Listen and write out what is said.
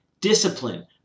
discipline